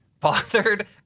bothered